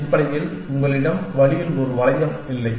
அடிப்படையில் உங்களிடம் வழியில் ஒரு வளையம் இல்லை